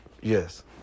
Yes